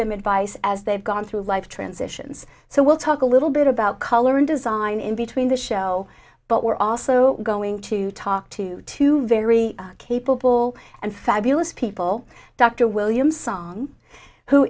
them advice as they've gone through life transitions so we'll talk a little bit about color and design in between the show but we're also going to talk to two very capable and fabulous people dr william song who